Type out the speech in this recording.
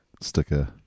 sticker